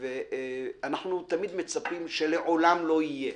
ואנחנו תמיד מצפים שלעולם לא יהיה.